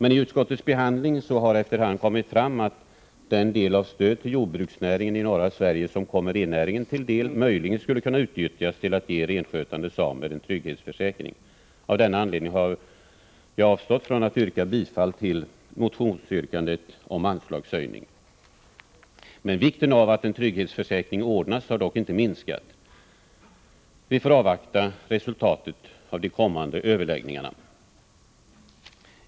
I utskottets behandling har efter hand kommit fram att den del av stödet till jordbruksnäringen i norra Sverige som kommer rennäringen till del möjligen skulle kunna utnyttjas till att ge renskötande samer en trygghetsförsäkring. Av denna anledning har jag avstått från att yrka bifall till motionsyrkandet om anslagshöjning. Vikten av att en trygghetsförsäkring ordnas har dock inte minskat. Vi får avvakta resultatet av de kommande överläggningarna.